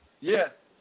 yes